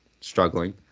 struggling